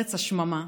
ארץ השממה.